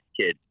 kid